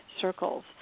circles